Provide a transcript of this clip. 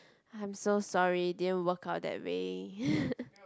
I'm so sorry didn't work out that way